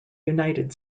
united